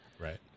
right